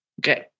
Okay